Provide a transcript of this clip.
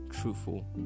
truthful